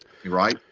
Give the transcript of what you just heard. right?